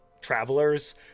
travelers